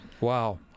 wow